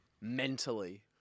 mentally